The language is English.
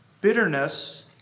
Bitterness